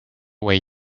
way